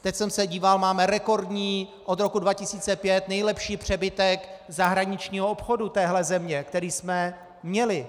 Teď jsem se díval, máme rekordní, od roku 2005 nejlepší přebytek zahraničního obchodu téhle země, který jsme měli.